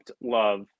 love